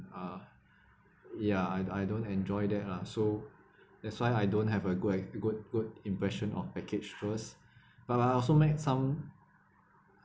uh ya I I don't enjoy that ah so that's why I don't have a good eh good good impression on package first but I also made some